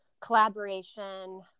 collaboration